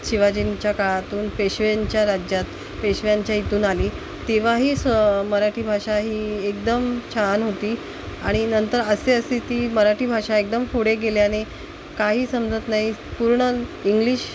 शिवाजींच्या काळातून पेशव्यांच्या राज्यात पेशव्यांच्या इथून आली तेव्हाही स मराठी भाषा ही एकदम छान होती आणि नंतर असे असते ती मराठी भाषा एकदम पुढे गेल्याने काही समजत नाही पूर्ण इंग्लिश